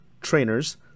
trainers